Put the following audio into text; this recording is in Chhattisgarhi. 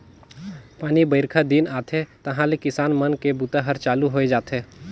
पानी बाईरखा दिन आथे तहाँले किसान मन के बूता हर चालू होए जाथे